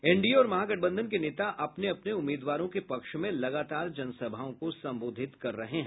NDA और महागठबंधन के नेता अपने अपने उम्मीदवारों के पक्ष में लगातार जनसभाओं को संबोधित कर रहे हैं